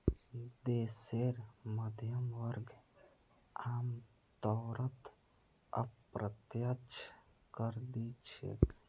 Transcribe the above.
देशेर मध्यम वर्ग आमतौरत अप्रत्यक्ष कर दि छेक